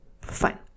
fine